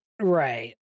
right